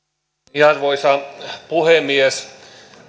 arvoisa puhemies